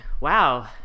wow